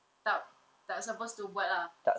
tak tak supposed to buat lah because you know you know